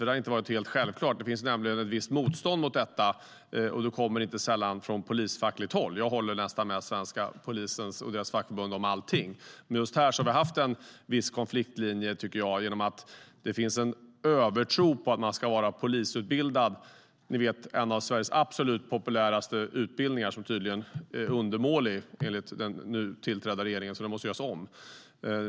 Det har inte varit självklart eftersom det finns ett visst motstånd mot detta från polisfackligt håll. Jag håller nästan med polisens fackförbund om allt, men just här har vi haft en konfliktlinje eftersom det finns en övertro på att man ska vara polisutbildad. Det är en av Sveriges mest populära utbildningar, men den är tydligen undermålig enligt den nytillträdda regeringen och måste göras om.